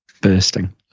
Bursting